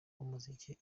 umuziki